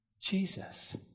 Jesus